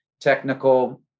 technical